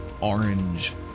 orange